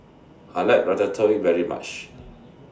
I like Ratatouille very much